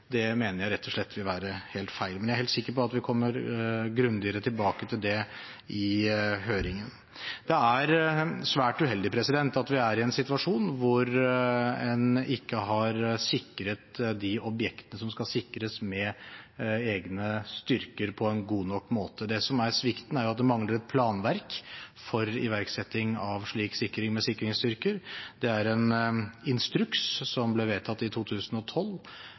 Det mener jeg rett og slett vil være helt feil. Men jeg er helt sikker på at vi kommer grundigere tilbake til det i høringen. Det er svært uheldig at vi er i en situasjon hvor en ikke har sikret de objektene som skal sikres, med egne styrker på en god nok måte. Svikten er at det mangler et planverk for iverksetting av slik sikring med sikringsstyrker. Det er en instruks som ble vedtatt i 2012,